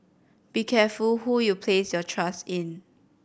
be careful who you place your trust in